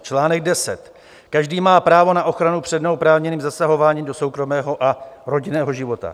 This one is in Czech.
Článek 10 každý má právo na ochranu před neoprávněným zasahováním do soukromého a rodinného života.